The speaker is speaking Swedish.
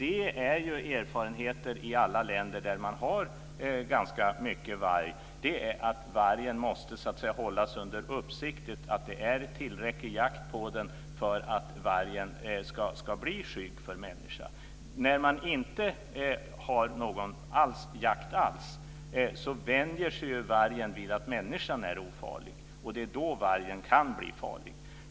Det är erfarenheten i alla länder där man har ganska mycket varg, att vargen måste så att säga hållas under uppsikt. Det måste vara tillräcklig jakt på den för att den ska bli skygg för människan. När det inte är någon jakt alls vänjer sig vargen vid att människan är ofarlig. Det är då vargen kan bli farlig.